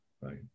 right